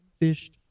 fished